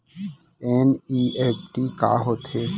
NEFT का होथे?